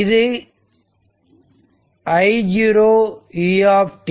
இது i0u